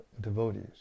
devotees